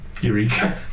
Eureka